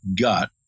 gut